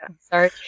Sorry